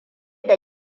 da